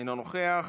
אינו נוכח.